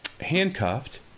handcuffed